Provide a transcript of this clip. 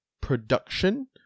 production